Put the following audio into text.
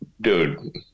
dude